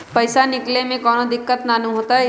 पईसा निकले में कउनो दिक़्क़त नानू न होताई?